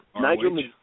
Nigel